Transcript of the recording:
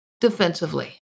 defensively